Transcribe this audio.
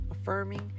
affirming